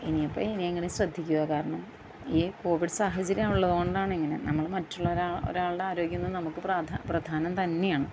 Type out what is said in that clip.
ഇനിയിപ്പം ഇനിയിങ്ങനെ ശ്രദ്ധിക്കുക കാരണം ഈ കോവിഡ് സാഹചര്യം ഉള്ളതുകൊണ്ട് ആണ് ഇങ്ങനെ നമ്മൾ മറ്റുള്ള ഒരാ മറ്റുള്ള ഒരാളുടെ ആരോഗ്യമെന്ന് നമുക്ക് പ്രധ പ്രധാനം തന്നെയാണ്